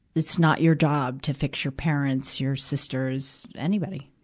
it's not your job to fix your parents, your sisters, anybody.